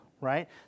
right